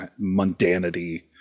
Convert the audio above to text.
mundanity